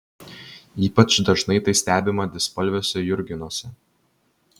ypač dažnai tai stebima dvispalviuose jurginuose